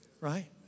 Right